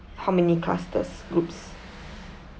how many clusters groups